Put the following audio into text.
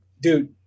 dude